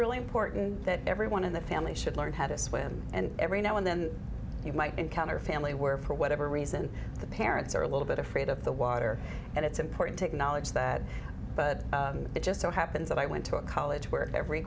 really important that everyone in the family should learn how to swim and every now and then you might encounter a family where for whatever reason the parents are a little bit afraid of the water and it's important to acknowledge that but it just so happens that i went to a college where every